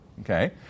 Okay